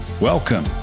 Welcome